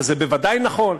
וזה בוודאי נכון,